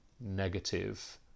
negative